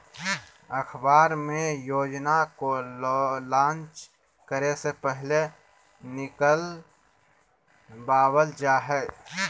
अखबार मे योजना को लान्च करे से पहले निकलवावल जा हय